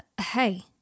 hey